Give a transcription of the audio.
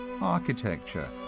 architecture